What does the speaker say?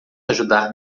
ajudar